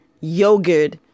yogurt